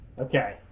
Okay